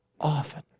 often